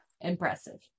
impressive